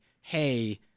hey